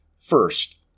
First